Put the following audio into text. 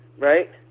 Right